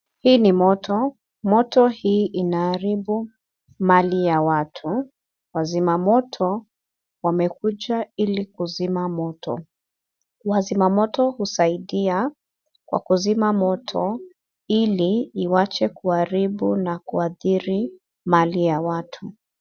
Hii ni moto. Moto hii inaharibu mali ya watu. Wazima moto wamekuja ili kuzima moto. Wazima moto husaidia kwa kuzima moto ili iwache kuharibu na kuathiri mali ya watu.